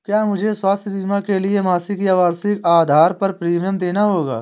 क्या मुझे स्वास्थ्य बीमा के लिए मासिक या वार्षिक आधार पर प्रीमियम देना होगा?